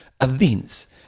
events